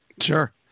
sure